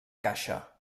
caixa